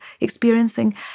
experiencing